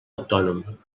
autònom